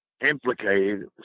Implicated